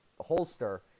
holster